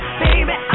baby